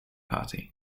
party